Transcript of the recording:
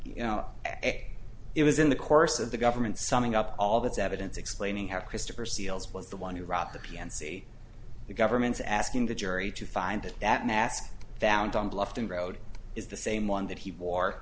you know it was in the course of the government summing up all this evidence explaining how christopher seal's was the one who robbed the p s c the government's asking the jury to find that that mask found on bluffton road is the same one that he wore